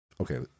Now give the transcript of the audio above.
Okay